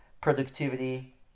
productivity